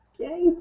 okay